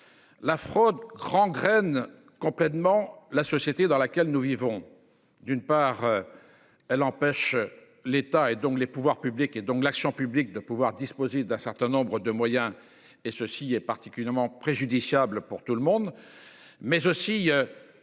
La fraude. Graines complètement la société dans laquelle nous vivons. D'une part. Elle empêche l'État et donc les pouvoirs publics et donc l'action publique de pouvoir disposer d'un certain nombre de moyens et ceci est particulièrement préjudiciable pour tout le monde mais aussi.